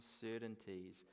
certainties